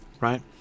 right